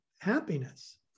happiness